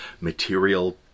material